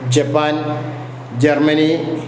Japan Germany